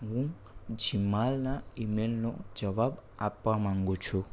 હું જિમાલના ઇમેલનો જવાબ આપવા માગું છું